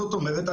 זאת אומרת,